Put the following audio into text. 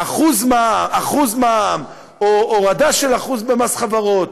1% מע"מ או הורדה של 1% במס חברות,